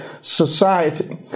society